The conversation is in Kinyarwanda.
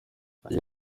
agira